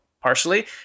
partially